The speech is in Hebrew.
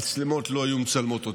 המצלמות לא היו מצלמות אותי,